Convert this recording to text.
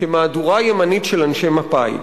כמהדורה ימנית של אנשי מפא"י.